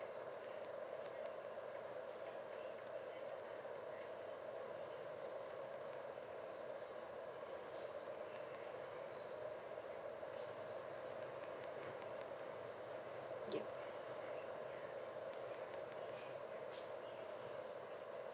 yup